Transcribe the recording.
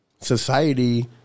society